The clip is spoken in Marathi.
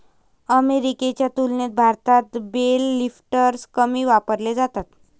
अमेरिकेच्या तुलनेत भारतात बेल लिफ्टर्स कमी वापरले जातात